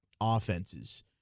offenses